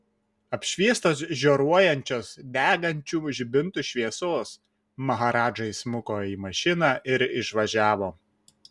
apšviestas žioruojančios degančių žibintų šviesos maharadža įsmuko į mašiną ir išvažiavo